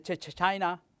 China